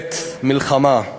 בעת מלחמה.